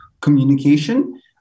communication